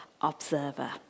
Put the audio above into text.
observer